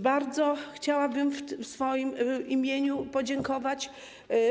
Bardzo chciałabym podziękować